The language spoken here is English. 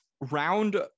round